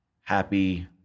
Happy